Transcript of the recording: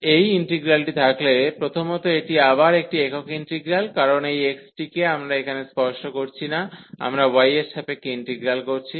এই ইন্টিগ্রালটি থাকলে প্রথমত এটি আবার একটি একক ইন্টিগ্রাল কারণ এই x টিকে আমরা এখানে স্পর্শ করছি না আমরা y এর সাপেক্ষে ইন্টিগ্রেট করছি